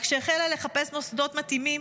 אך כשהחלה לחפש מוסדות מתאימים,